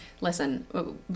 listen